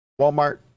Walmart